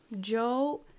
Joe